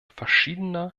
verschiedener